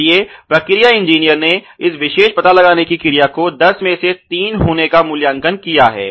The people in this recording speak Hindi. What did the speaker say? इसलिए प्रक्रिया इंजीनियर ने इस विशेष पता लगाने की क्रिया को 10 में से 3 होने का मूल्यांकन किया है